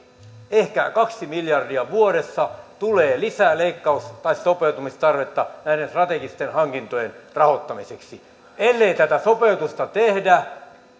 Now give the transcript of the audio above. ehkä kaksi miljardia vuodessa tulee lisäleikkaus tai sopeuttamistarvetta näiden strategisten hankintojen rahoittamiseksi ja ellei tätä sopeutusta tehdä